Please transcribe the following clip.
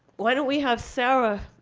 why don't we have sara,